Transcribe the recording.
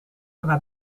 waar